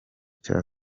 cya